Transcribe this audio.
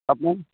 আপনি